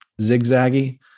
zigzaggy